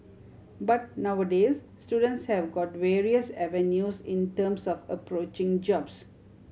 but nowadays students have got various avenues in terms of approaching jobs